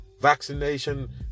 Vaccination